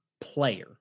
player